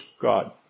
God